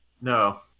No